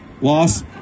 Loss